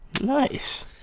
Nice